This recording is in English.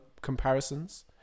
comparisons